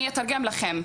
אני אתרגם לכם.